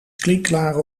klinkklare